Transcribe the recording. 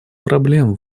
проблем